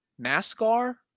Mascar